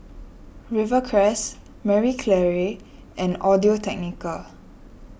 Rivercrest Marie Claire and Audio Technica